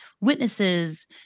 witnesses